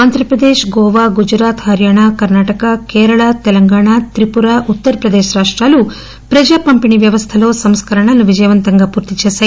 ఆంధ్రప్రదేశ్ గోవా గుజరాత్ హర్యానా కర్పాటక కేరళ తెలంగాణ త్రిపుర ఉత్తరప్రదేశ్ రాష్టాలు ప్రజాపంపిణీ వ్యవస్థలో సంస్కరణలను విజయవంతంగా పూర్తి చేశాయి